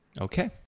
Okay